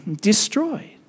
destroyed